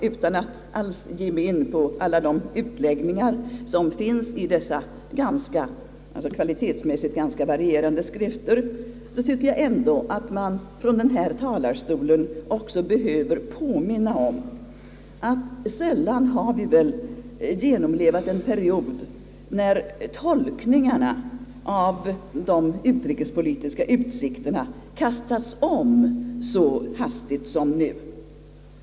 Utan att alls ge mig in på alla de utläggningar som finns i dessa kvalitetsmässigt ganska varierande skrifter tycker jag att man från denna talarstol behöver påminna om att vi väl sällan har genomlevat en period när tolkningarna av de utrikespolitiska utsikterna kastats om så hastigt som nu.